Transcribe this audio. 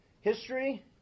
history